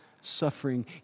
suffering